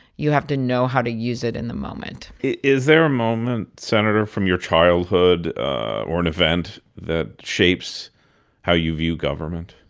you have to know how to use it in the moment is there a moment, senator, from your childhood or an event that shapes how you view government?